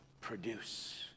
produce